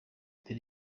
dore